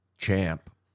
champ